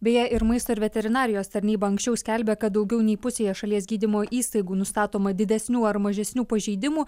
beje ir maisto ir veterinarijos tarnyba anksčiau skelbė kad daugiau nei pusėje šalies gydymo įstaigų nustatoma didesnių ar mažesnių pažeidimų